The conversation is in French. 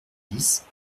dix